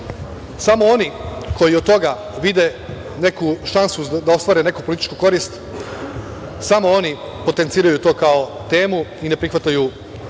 oni koji od toga vide neku šansu da ostvare neku političku korist, samo oni potenciraju to kao temu i ne prihvataju